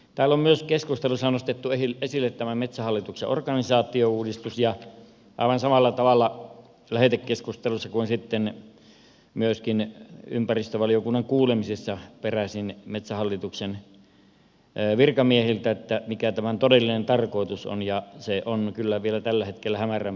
täällä on keskustelussa nostettu esille myös tämä metsähallituksen organisaatiouudistus ja aivan samalla tavalla lähetekeskustelussa kuin sitten myöskin ympäristövaliokunnan kuulemisissa peräsin metsähallituksen virkamiehiltä että mikä tämän todellinen tarkoitus on ja se on kyllä vielä tällä hetkellä hämärän peitossa